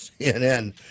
CNN